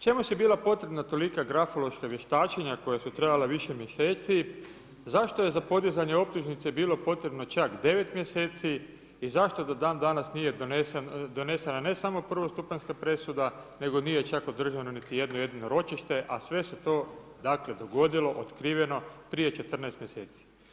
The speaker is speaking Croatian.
Čemu su bila potrebna tolika grafološka vještačenja koja su trajala više mjeseci, zašto je za podizanje optužnice bilo potrebno čak 9 mjeseci i zašto do dan-danas nije donesena ne samo prvostupanjska presuda, nego nije čak održano niti jedno jedino ročište, a sve se to dakle dogodilo, otkriveno prije 14 mjeseci?